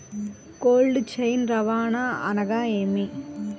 Cold chain రవాణా అనగా నేమి?